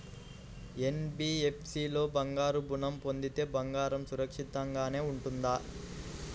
NBFC లో బంగారు ఋణం పొందితే బంగారం సురక్షితంగానే ఉంటుందా?